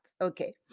Okay